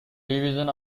division